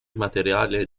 materiale